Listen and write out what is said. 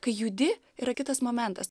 kai judi yra kitas momentas